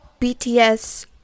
BTS